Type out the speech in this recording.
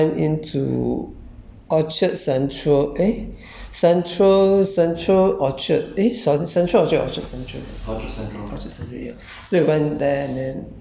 so yeah so we we went out then we went into orchard central eh central central orchard eh central orchard or orchard central